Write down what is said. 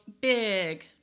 big